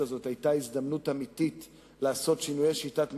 הזאת היתה הזדמנות אמיתית לעשות שינוי שיטת ממשל,